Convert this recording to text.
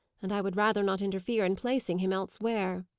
and i would rather not interfere in placing him elsewhere.